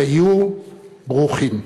היו ברוכים.